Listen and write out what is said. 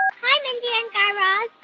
hi, mindy and guy raz.